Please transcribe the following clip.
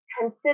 consider